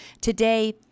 Today